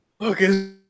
Okay